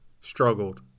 struggled